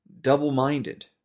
double-minded